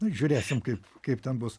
žiūrėsim kaip kaip ten bus